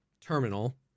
Terminal